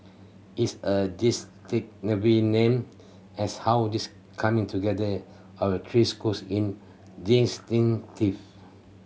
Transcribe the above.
it's a name as how this coming together our three schools in